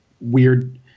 weird